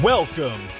Welcome